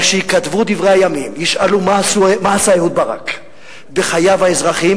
אבל כשייכתבו דברי הימים וישאלו מה עשה אהוד ברק בחייו האזרחיים,